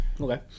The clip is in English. Okay